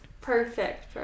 perfect